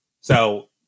So-